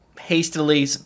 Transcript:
hastily